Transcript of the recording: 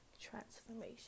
transformation